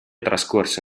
trascorse